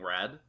red